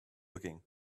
looking